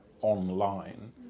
online